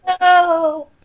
no